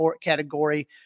category